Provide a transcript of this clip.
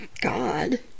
God